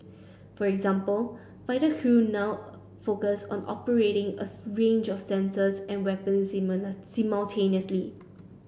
for example fighter crew now focus on operating a range of sensors and weapons simultaneously